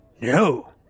No